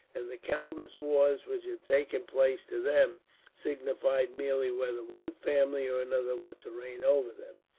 and the countless wars which had taken place, to them signified merely whether one family or another were to reign over them.